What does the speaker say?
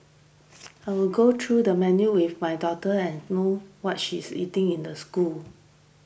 I will go through the menu with my daughter and know what she is eating in the school